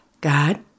God